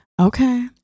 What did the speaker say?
Okay